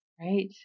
Right